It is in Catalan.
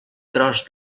tros